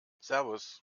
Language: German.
servus